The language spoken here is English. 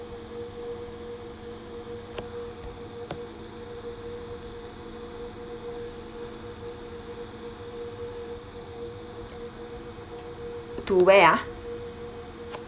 to where ah